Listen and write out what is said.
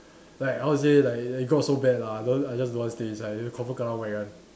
like how to say like it got so bad lah cause I just don't want stay inside confirm kena whack one